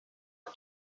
all